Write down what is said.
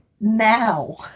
now